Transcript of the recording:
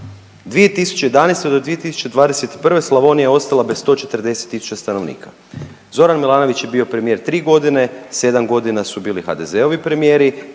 2011.-2021. Slavnija je ostala bez 140 tisuća stanovnika. Zoran Milanović je bio premijer 3 godine, 7 godinu su bili HDZ-ovi premijeri,